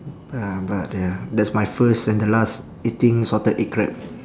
uh but the that's my first and the last eating salted egg crab